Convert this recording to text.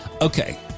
Okay